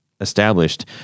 established